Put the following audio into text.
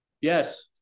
yes